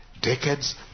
decades